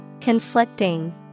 Conflicting